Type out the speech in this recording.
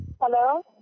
Hello